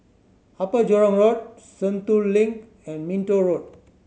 Upper Jurong Road Sentul Link and Minto Road